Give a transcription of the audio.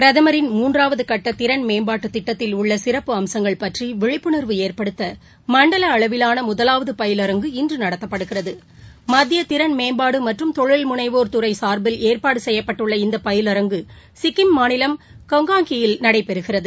பிரதமரின் மூன்றாவதுகட்டதிறன் மேம்பாட்டுதிட்டத்தில் உள்ளசிறப்பு அம்சங்கள் பற்றிவிழிப்புணா்வு ஏற்படுத்தமண்டலஅளவிலானமுதலாவதுபயிலரங்கு இன்றுநடத்தப்படுகிறது மதிதயதிறன் மேம்பாடுமற்றும் தொழில் முனைவோா் துறைசா்பில் ஏற்பாடுசெய்யப்பட்டுள்ள இந்தபயிலரங்கு சிக்கிம் மாநிலம் கங்காக்கி நடைபெறுகிறது